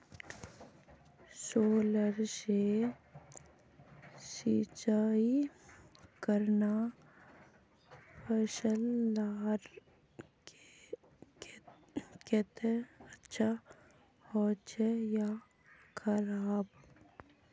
Solar से सिंचाई करना फसल लार केते अच्छा होचे या खराब?